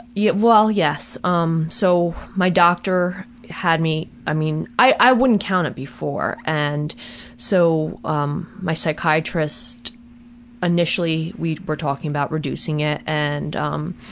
yeah well yes. um so my doctor had me, i mean, i wouldn't count it before. and so um, my psychiatrist initially, we were talking about reducing it, and um,